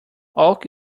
oak